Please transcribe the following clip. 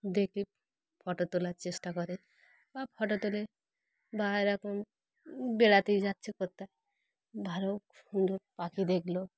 দেখে ফটো তোলার চেষ্টা করে বা ফটো তোলে বা এরকম বেড়াতেই যাচ্ছে কোথায় ভালো সুন্দর পাখি দেখলো